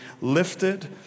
lifted